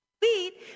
Sweet